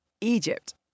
Egypt